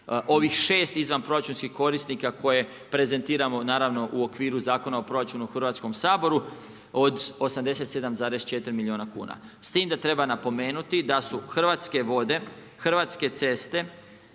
ovih 6 izvanproračunskih korisnika koje prezentiramo naravno u okviru Zakona o proračunu u Hrvatskom saboru od 87,4 milijuna kuna. S time da treba napomenuti da su Hrvatske vode, Hrvatske ceste,